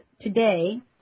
today